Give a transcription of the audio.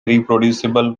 reproducible